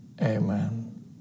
amen